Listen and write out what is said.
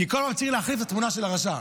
כי כל הזמן צריך להחליף את התמונה של הרשע.